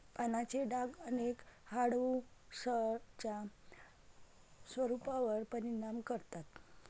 पानांचे डाग अनेक हार्डवुड्सच्या स्वरूपावर परिणाम करतात